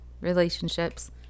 relationships